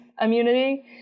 immunity